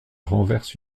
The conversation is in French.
renverse